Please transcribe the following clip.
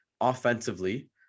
offensively